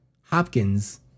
Hopkins